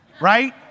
right